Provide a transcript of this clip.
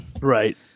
right